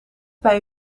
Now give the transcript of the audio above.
bij